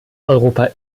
europa